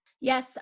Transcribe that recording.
Yes